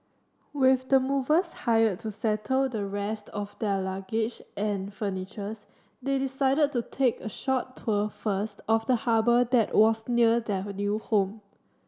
with the movers hired to settle the rest of their luggage and furnitures they decided to take a short tour first of the harbour that was near their new home